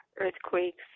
earthquakes